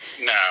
No